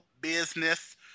business